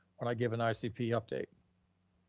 and i give an icp update.